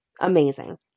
amazing